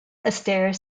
astaire